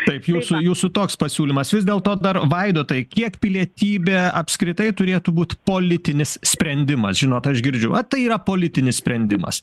taip jūsų jūsų toks pasiūlymas vis dėlto dar vaidotai kiek pilietybė apskritai turėtų būt politinis sprendimas žinot aš girdžiu a tai yra politinis sprendimas